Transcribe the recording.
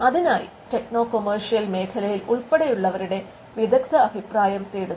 അതിനായി techno commercial മേഖലയിൽ ഉൾപ്പെടയുള്ളവരുടെ വിദഗ്ദാഭിപ്രായം തേടുന്നു